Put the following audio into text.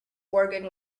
organ